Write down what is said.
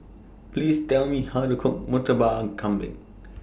Please Tell Me How to Cook Murtabak Kambing